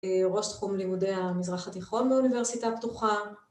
ראש תחום לימודי המזרח התיכון באוניברסיטה הפתוחה.